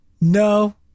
no